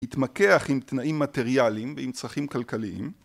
התמקח עם תנאים מטריאליים ועם צרכים כלכליים